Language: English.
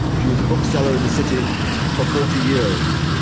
she was a bookseller in the city for forty years.